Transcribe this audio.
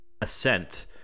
ascent